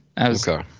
Okay